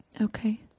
Okay